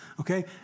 Okay